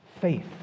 faith